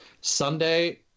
Sunday